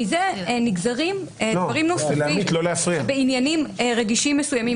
מזה נגזרים דברים נוספים בעניינים רגישים מסוימים.